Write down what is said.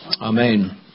Amen